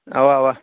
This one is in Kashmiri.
اَوا اَوا